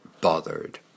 bothered